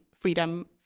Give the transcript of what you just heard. freedom